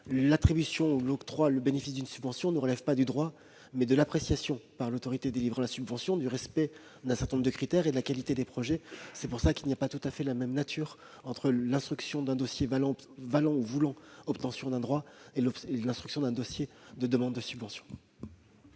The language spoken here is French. territoriales, l'octroi ou le bénéfice d'une subvention relève non du droit mais de l'appréciation par l'autorité délivrant la subvention du respect d'un certain nombre de critères et de la qualité des projets. C'est la raison pour laquelle l'instruction d'un dossier valant obtention d'un droit et l'instruction d'un dossier de demande de subvention